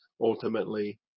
ultimately